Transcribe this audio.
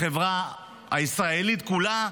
בחברה הישראלית כולה.